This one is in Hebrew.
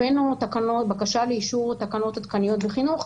הבאנו בקשה לאישור תקנות עדכניות בחינוך,